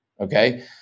Okay